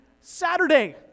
Saturday